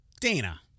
Dana